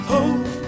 Hope